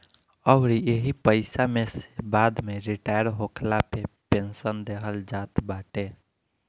अउरी एही पईसा में से बाद में रिटायर होखला पे पेंशन देहल जात बाटे